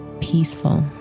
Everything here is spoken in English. peaceful